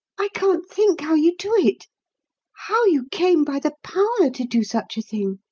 i can't think how you do it how you came by the power to do such a thing.